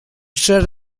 set